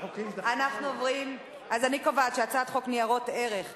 אני קובעת שהצעת חוק ניירות ערך (תיקון,